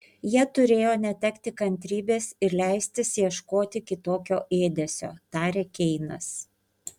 jie turėjo netekti kantrybės ir leistis ieškoti kitokio ėdesio tarė keinas